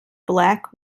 black